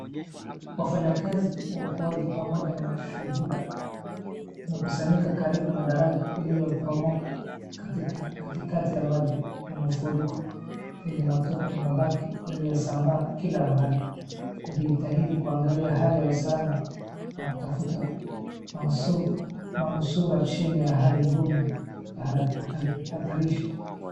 Wafanyakazi wa uokoaji pamoja na mashuhuda wamekusanyika karibu na daraja lililoporomoka katikati ya maji ya mafuriko yenye matope na mabaki yaliyosambaa kila mahali, wakijitahidi kuangalia hali ya usalama na kutafuta manusura manusura chini ya hali ngumu ya hatarishi.